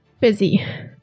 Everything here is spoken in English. busy